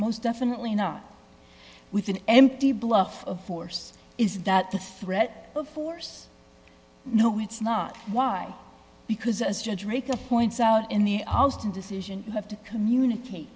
most definitely not with an empty bluff of force is that the threat of force no it's not why because as judge raker points out in the alston decision you have to communicate